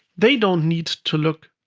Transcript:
they don't need to look